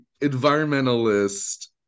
environmentalist